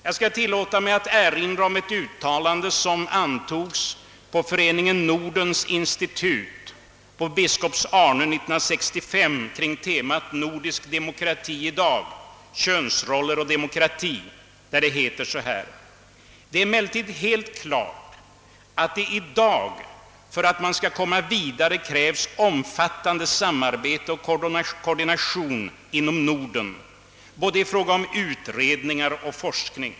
Jag skall tillåta mig att erinra om ett uttalande som antogs på Föreningen Nordens institut på Biskops-Arnö 1965 kring temat »Nordisk demokrati i dag: Könsroller och demokrati», där det heter så här: »Det är emellertid helt klart, att det i dag för att man skall komma vidare krävs omfattande samarbete och koordination inom Norden, både i fråga om utredningar och forskning.